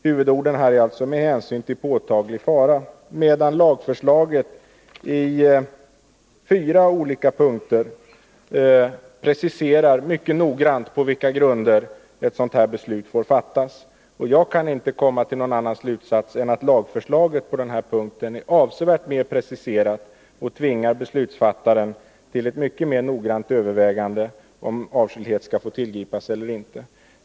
Huvudorden i vpk:s förslag är alltså ”med hänsyn till påtaglig fara”, medan lagförslaget i fyra olika punkter mycket noggrant preciserar på vilka grunder ett beslut om avskiljande får fattas. Jag kan inte komma fram till någon annan slutsats än att lagförslaget på den här punkten är avsevärt mer preciserat och tvingar beslutsfattaren till ett mycket mer noggrant övervägande om huruvida avskildhet skall få tillgripas eller inte.